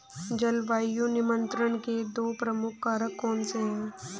जलवायु नियंत्रण के दो प्रमुख कारक कौन से हैं?